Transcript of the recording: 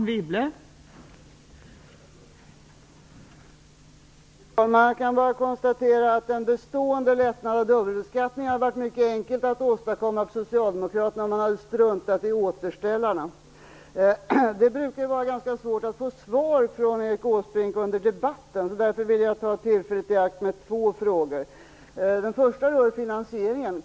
Fru talman! Jag kan bara konstatera att den bestående lättnaden av dubbelbeskattningen hade varit mycket enkel att åstadkomma för socialdemokraterna om de hade struntat i återställarna. Det brukar vara ganska svårt att få svar av Erik Åsbrink under debatten. Därför vill jag ta tillfället i akt och ställa två frågor. Den första rör finansieringen.